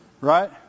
Right